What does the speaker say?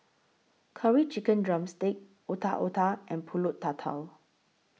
Curry Chicken Drumstick Otak Otak and Pulut Tatal